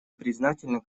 признательны